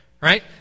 Right